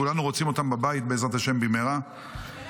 כולנו רוצים אותם בבית בעזרת השם במהרה -- השאלה מה אתם עושים עם זה.